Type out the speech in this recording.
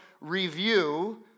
review